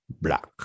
Black